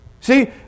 See